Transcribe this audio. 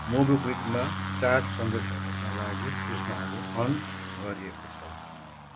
मोबिक्विकमा chat सन्देशहरूका लागि सूचनाहरू अन गरिएको छ